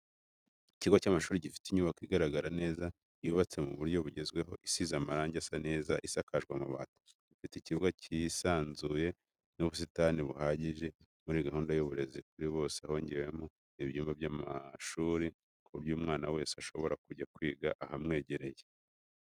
Ikigo cy'amashuri gifite inyubako igaragara neza yubatse mu buryo bugezweho isize amarange asa neza isakajwe amabati, ifite ikibuga cyisanzuye n'ubusitani buhagije, muri gahunda y'uburezi kuri bose hongerewe ibyumba by'amashuri ku buryo umwana wese ashobora kujya kwiga ahamwegereye.